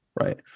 right